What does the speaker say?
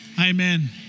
Amen